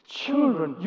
children